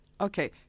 Okay